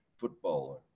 footballer